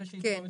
אחרי שישמע.